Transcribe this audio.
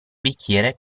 bicchiere